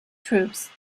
troops